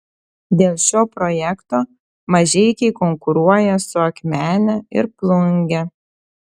dėl šio projekto mažeikiai konkuruoja su akmene ir plunge